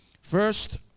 First